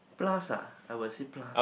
plus ah I would say plus